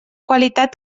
qualitat